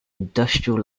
industrial